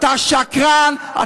סע לערד.